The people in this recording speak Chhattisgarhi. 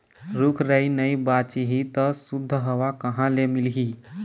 रूख राई नइ बाचही त सुद्ध हवा कहाँ ले मिलही